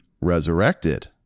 resurrected